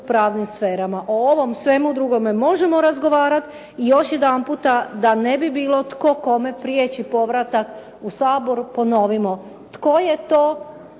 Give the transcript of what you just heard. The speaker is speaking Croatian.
u pravnim sferama. O ovom svemu drugome možemo razgovarati i još jedanputa, da ne bi bilo tko kome prijeći povratak u Sabor, ponovimo tko je to